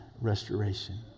restoration